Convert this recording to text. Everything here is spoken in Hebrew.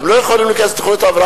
הן לא יכולות להיכנס